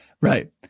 right